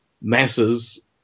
masses